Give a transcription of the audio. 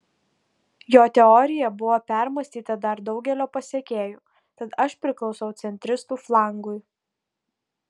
jo teorija buvo permąstyta dar daugelio pasekėjų tad aš priklausau centristų flangui